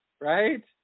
right